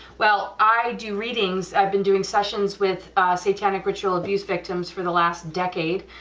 well i do readings, i've been doing sessions with satanic ritual abuse victims for the last decade,